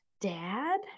dad